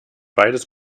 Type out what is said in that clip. beides